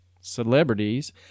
celebrities